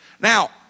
Now